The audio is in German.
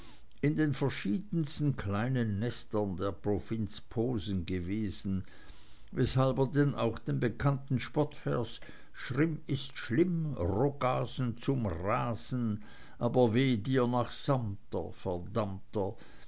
in den verschiedensten kleinen nestern der provinz posen gewesen weshalb er denn auch den bekannten spottvers schrimm ist schlimm rogasen zum rasen aber weh dir nach samter verdammter